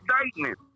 excitement